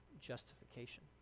justification